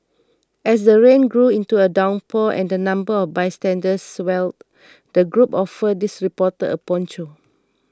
as the rain grew into a downpour and the number of bystanders swelled the group offered this reporter a poncho